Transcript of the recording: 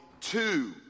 two